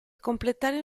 completare